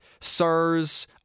sirs